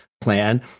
plan